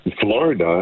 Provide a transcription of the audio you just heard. Florida